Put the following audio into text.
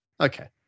okay